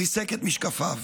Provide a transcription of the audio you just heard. ריסק את משקפיו,